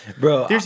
Bro